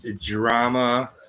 Drama